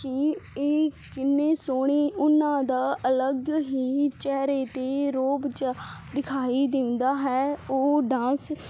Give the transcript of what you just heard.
ਕੀ ਇਹ ਕਿੰਨੇ ਸੋਹਣੇ ਉਹਨਾਂ ਦਾ ਅਲੱਗ ਹੀ ਚਿਹਰੇ ਤੇ ਰੋਹਬ ਜਿਹਾ ਦਿਖਾਈ ਦਿੰਦਾ ਹੈ ਉਹ ਡਾਂਸ